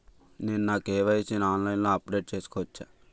నేను నా కే.వై.సీ ని ఆన్లైన్ లో అప్డేట్ చేసుకోవచ్చా?